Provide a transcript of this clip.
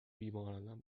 بیمارانم